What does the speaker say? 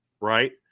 right